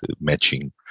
matching